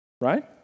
right